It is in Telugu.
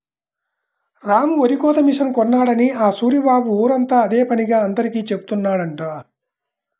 రాము వరికోత మిషన్ కొన్నాడని ఆ సూరిబాబు ఊరంతా అదే పనిగా అందరికీ జెబుతున్నాడంట